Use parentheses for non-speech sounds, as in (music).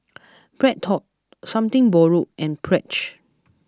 (noise) BreadTalk Something Borrowed and Pledge